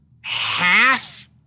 half